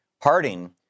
Harding